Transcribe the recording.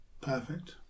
Perfect